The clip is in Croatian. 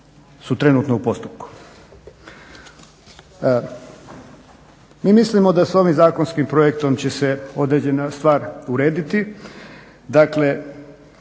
su trenutno u postupku. Mi mislimo da s ovim zakonskim projektom će se određena stvar urediti. Dakle,